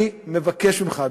אני מבקש ממך,